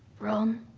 ron.